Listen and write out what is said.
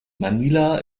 manila